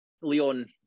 Leon